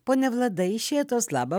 ponia vlada iš šėtos labą